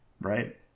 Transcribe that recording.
right